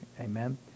Amen